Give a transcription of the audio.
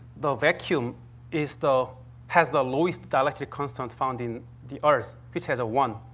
the vacuum is the has the lowest dielectric constant found in the earth, which has a one.